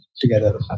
together